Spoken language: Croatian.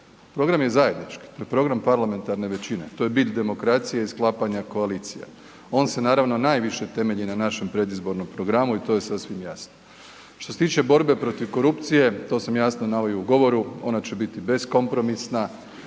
program je zajednički, to je program parlamentarne većine, to je bit i demokracije i sklapanja koalicije. On se naravno najviše temelji na našem predizbornom programu i to je sasvim jasno. Što se tiče borbe protiv korupcije, to sam jasno naveo i u govoru, ona će biti beskompromisna,